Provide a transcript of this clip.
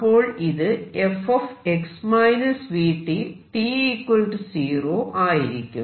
അപ്പോൾ ഇത് f x v t t 0 ആയിരിക്കും